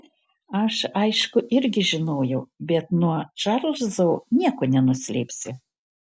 aš aišku irgi žinojau bet nuo čarlzo nieko nenuslėpsi